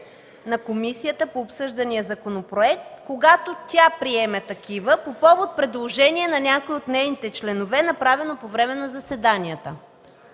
на комисията по обсъждания законопроект, когато тя приеме такива по повод предложение на някой от нейните членове, направено по време на заседанията.